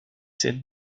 scènes